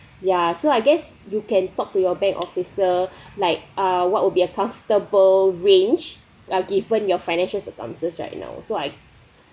ya so I guess you can talk to your bank officer like uh what would be a comfortable range uh given your financial circumstances right now so I